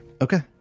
okay